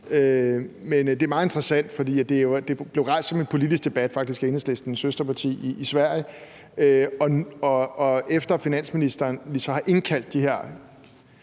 Men det er meget interessant, for det blev rejst som en politisk debat, faktisk af Enhedslistens søsterparti i Sverige, og efter finansministeren så har indkaldt de her